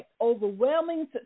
overwhelming